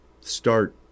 start